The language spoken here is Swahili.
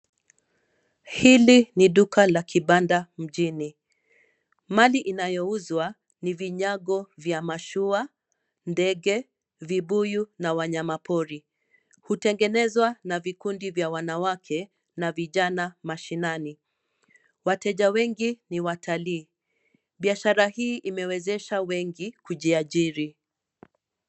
Hili ni duka la kibanda mjini. Maji inayouzwa ni vinyago vya mashua, ndege ,vibuyu na wanyama pori. Hutengenezwa na vikundi vya wanawake na vijana mashinani. Wateja wengi ni watalii. Biashara hii imewezesha wengi kujiajiri.